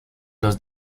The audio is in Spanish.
los